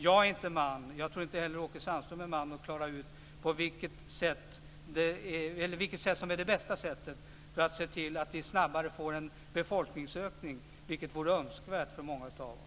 Jag är inte man - och jag tror inte heller att Åke Sandström är man - att klara ut vilket sätt som är det bästa sättet för att se till att vi snabbare får en befolkningsökning. Det vore önskvärt för många av oss.